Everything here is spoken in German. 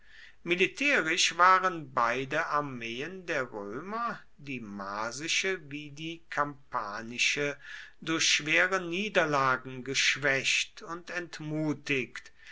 militärisch waren beide armeen der römer die marsische wie die kampanische durch schwere niederlagen geschwächt und entmutigt